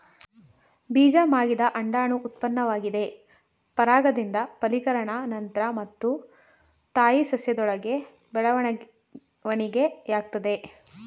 ಬೀಜ ಮಾಗಿದ ಅಂಡಾಣು ಉತ್ಪನ್ನವಾಗಿದೆ ಪರಾಗದಿಂದ ಫಲೀಕರಣ ನಂತ್ರ ಮತ್ತು ತಾಯಿ ಸಸ್ಯದೊಳಗೆ ಬೆಳವಣಿಗೆಯಾಗ್ತದೆ